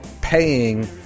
paying